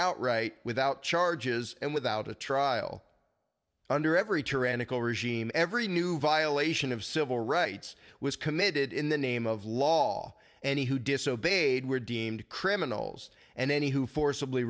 outright without charges and without a trial under every tyrannical regime every new violation of civil rights was committed in the name of law he who disobeyed were deemed criminals and any who forcibly